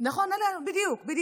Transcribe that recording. זה מה שהיא אמרה.